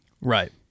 right